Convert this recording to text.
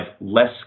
less